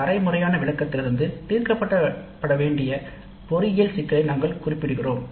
" தீர்க்கப்பட வேண்டிய பொறியியல் சிக்கலை முறைசாரா முறையில் குறிப்பிடுகிறோம்